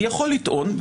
אני יכול לטעון,